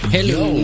Hello